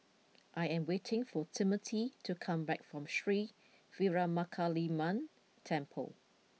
I am waiting for Timothy to come back from Sri Veeramakaliamman Temple